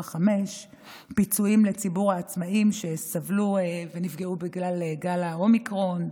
פיצויים לציבור העצמאים שסבלו ונפגעו בגלל גל האומיקרון.